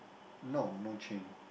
no no chain